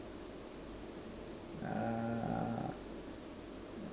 ah